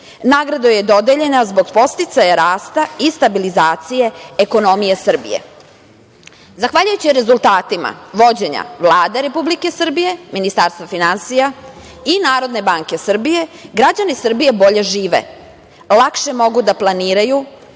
Nagrada joj je dodeljena zbog podsticaja rasta i stabilizacije ekonomije Srbije. Zahvaljujući rezultatima vođenja Vlade Republike Srbije, Ministarstva finansija i Narodne banke Srbije, građani Srbije bolje žive, lakše mogu da planiraju